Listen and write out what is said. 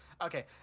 Okay